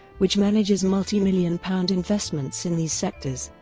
which manages multimillion-pound investments in these sectors.